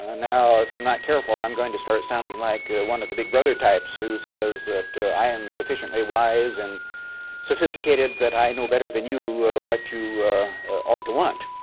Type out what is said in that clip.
ah now if i'm not careful, i'm going to start sounding like one of the big brother types who says that i am sufficiently wise and sophisticated that i know better than you what you ought to want.